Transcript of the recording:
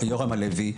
יורם הלוי,